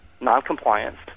noncompliance